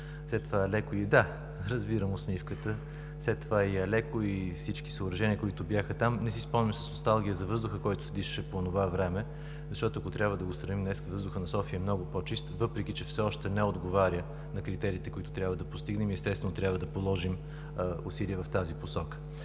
След това и „Алеко“, и всички съоръжения, които бяха там. Не си спомням с носталгия за въздуха, който се дишаше по онова време, защото, ако трябва да го сравним с въздуха на София днес, сега е много по-чист, въпреки че все още не отговаря на критериите, които трябва да постигнем, и, естествено, трябва да положим усилия в тази посока.